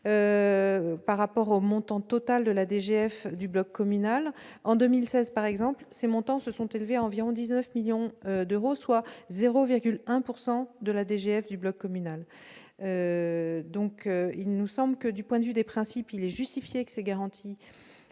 par rapport au montant total de la DGF du bloc communal. En 2016, par exemple, ces montants se sont élevés à environ 19 millions d'euros, soit 0,1 % de la DGF du bloc communal. Du point de vue des principes, il nous semble justifié que ces garanties